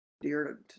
dear